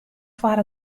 foar